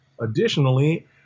Additionally